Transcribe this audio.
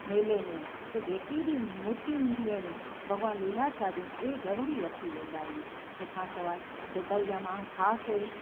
मेले में त जे कि बि मुर्तियूं हूंदियूं आहिनि भॻवान लीलाशाह जी उहे ज़रूरी वठी वेंदा आहिनि तंहिं खां सवाइ दुबई जा माण्हू ख़ासि